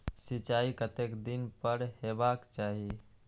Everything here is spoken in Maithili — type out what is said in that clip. सिंचाई कतेक दिन पर हेबाक चाही?